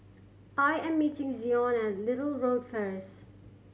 I am meeting Zion at Little Road first